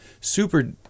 super